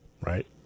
Right